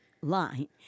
line